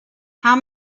how